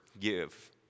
give